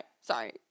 sorry